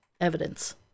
evidence